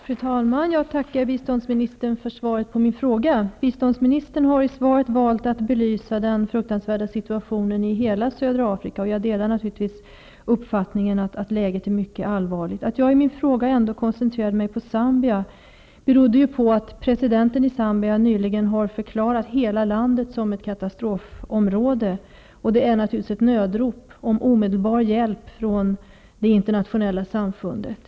Fru talman! Jag tackar biståndsministern för svaret på min fråga. Bistånds ministern har i svaret valt att belysa den fruktansvärda situationen i hela södra Afrika. Naturligtvis delar jag uppfattningen att läget är mycket allvar ligt. Att jag i min fråga ändå koncentrerade mig på läget i Zambia berodde på att presidenten i Zambia nyligen har förklarat hela landet som katastrof område. Detta skall naturligtvis uppfattas som ett nödrop om omedelbar hjälp från det internationella samfundet.